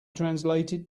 translated